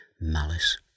malice